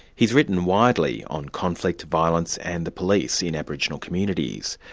he's written widely on conflict, violence and the police in aboriginal communities.